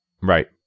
Right